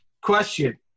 Question